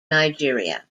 nigeria